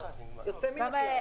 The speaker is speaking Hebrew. יוצא מן הכלל.